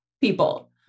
people